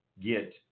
get